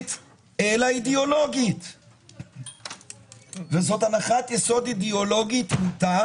כלכלית אלא אידיאולוגית וזאת הנחת יסוד אידיאולוגית מוטה